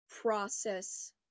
process